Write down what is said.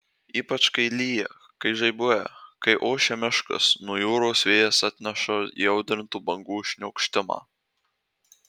ypač kai lyja kai žaibuoja kai ošia miškas o nuo jūros vėjas atneša įaudrintų bangų šniokštimą